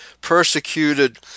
persecuted